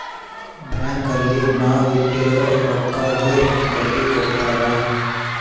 bank ಅಲ್ಲಿ ನಾವ್ ಇಟ್ಟಿರೋ ರೊಕ್ಕಗೆ ಬಡ್ಡಿ ಕೊಡ್ತಾರ